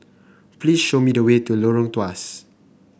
please show me the way to Lorong Tawas